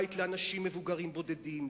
בית לאנשים מבוגרים בודדים,